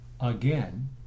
again